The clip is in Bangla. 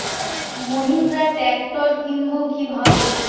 মাহিন্দ্রা ট্র্যাক্টর কিনবো কি ভাবে?